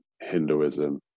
Hinduism